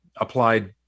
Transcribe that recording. applied